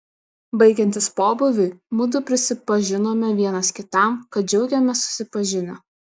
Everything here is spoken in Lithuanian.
baigiantis pobūviui mudu prisipažinome vienas kitam kad džiaugėmės susipažinę